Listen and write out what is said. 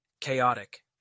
chaotic